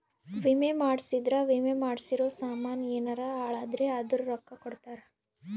ವಿಮೆ ಮಾಡ್ಸಿದ್ರ ವಿಮೆ ಮಾಡ್ಸಿರೋ ಸಾಮನ್ ಯೆನರ ಹಾಳಾದ್ರೆ ಅದುರ್ ರೊಕ್ಕ ಕೊಡ್ತಾರ